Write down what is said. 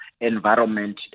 environment